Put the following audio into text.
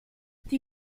die